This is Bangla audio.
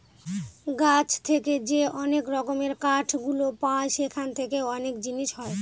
গাছ থেকে যে অনেক রকমের কাঠ গুলো পায় সেখান থেকে অনেক জিনিস হয়